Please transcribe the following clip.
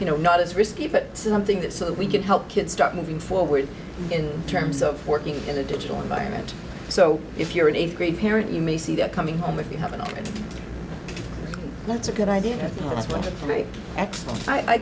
you know not as risky but something that so that we can help kids start moving forward in terms of working in a digital environment so if you're an eighth grade parent you may see that coming home if you have an that's a good idea that's